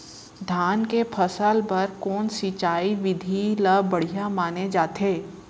धान के फसल बर कोन सिंचाई विधि ला बढ़िया माने जाथे?